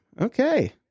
Okay